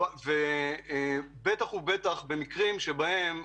בעיקר במקרים שבהם